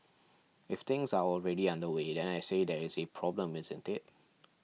if things are already underway then I say there is a problem isn't it